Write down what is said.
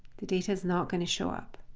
the data's not going to show up.